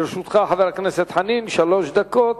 לרשותך, חבר הכנסת חנין, שלוש דקות,